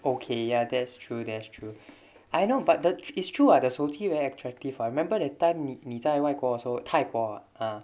okay ya that's true that's true I know but the it's true [what] the 手机 very attractive [what] I remember that time 你你在外国的时候泰国 ah